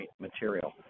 material